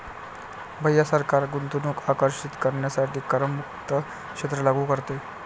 भैया सरकार गुंतवणूक आकर्षित करण्यासाठी करमुक्त क्षेत्र लागू करते